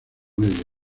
medio